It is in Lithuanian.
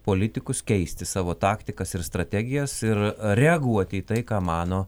politikus keisti savo taktikas ir strategijas ir reaguoti į tai ką mano